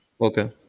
okay